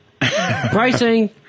pricing